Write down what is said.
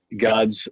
God's